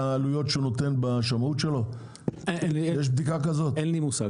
אין לי מושג.